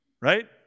right